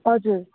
हजुर